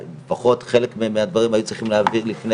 לפחות חלק מהדברים היו צריכים להעביר לפני